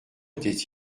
était